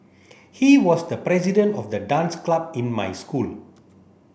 he was the president of the dance club in my school